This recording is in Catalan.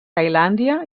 tailàndia